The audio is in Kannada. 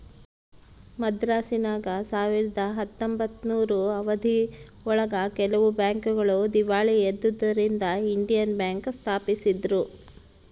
ಮದ್ರಾಸಿನಾಗ ಸಾವಿರದ ಹತ್ತೊಂಬತ್ತನೂರು ಅವಧಿ ಒಳಗ ಕೆಲವು ಬ್ಯಾಂಕ್ ಗಳು ದೀವಾಳಿ ಎದ್ದುದರಿಂದ ಇಂಡಿಯನ್ ಬ್ಯಾಂಕ್ ಸ್ಪಾಪಿಸಿದ್ರು